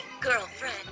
girlfriend